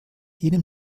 jenem